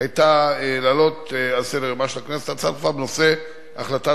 היתה להעלות על סדר-יומה של הכנסת את נושא החלטת